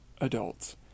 adults